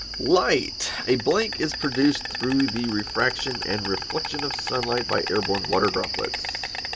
light. a blank is produced through the refraction and reflection of sunlight by airborne water droplets.